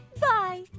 bye